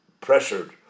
pressured